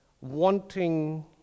wanting